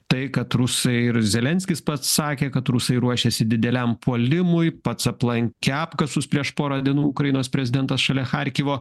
tai kad rusai ir zelenskis pats sakė kad rusai ruošiasi dideliam puolimui pats aplankė apkasus prieš pora dienų ukrainos prezidentas šalia charkivo